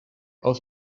aus